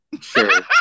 Sure